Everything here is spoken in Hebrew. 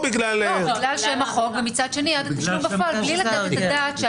בגלל שם החוק ומצד שני התשלום בפועל בלי לתת את הדעת על כך